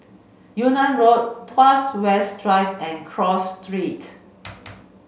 Yunnan Road Tuas West Drive and Cross Street